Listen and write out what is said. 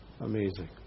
Amazing